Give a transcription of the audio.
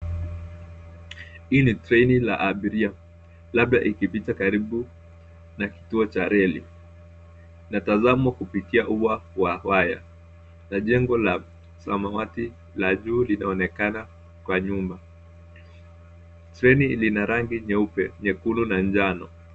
Hii ni traini la abiria, labda ikipita karibu na kituo cha reli, na tazamo kupitia huwa wa waya. Na jengo la samawati la juu linaonekana Kwa nyumba, traini lina rangi nyeupe, nyekundu na njano.